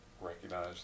recognize